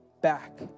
back